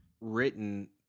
Written